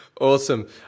Awesome